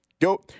go